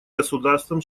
государствам